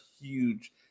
huge